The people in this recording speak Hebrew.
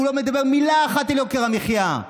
והוא לא מדבר מילה אחת על יוקר המחיה,